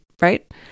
right